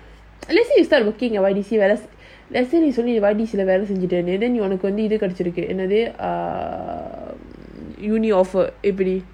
let's say you start working at Y_D_C right உனக்குவந்துஇதுகிடைச்சிருக்கு:unaku vandhu idhu kedachiruku err uni offer எப்படி:eppadi